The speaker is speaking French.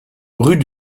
rue